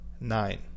nine